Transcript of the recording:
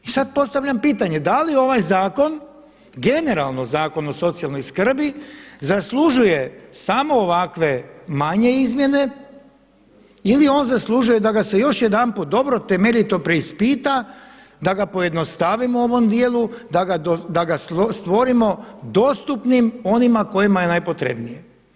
I sada postavljam pitanje, da li ovaj zakon generalno Zakon o socijalnoj skrbi zaslužuje samo ovakve manje izmjene ili on zaslužuje da ga se još jedanput dobro, temeljito preispita da ga pojednostavimo u ovom dijelu, da ga stvorimo dostupnim onima kojima je najpotrebnije?